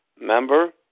member